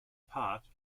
part